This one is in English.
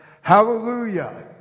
Hallelujah